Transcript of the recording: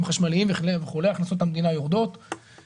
בוודאי ובוודאי לא לתעדף